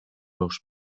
los